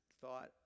thought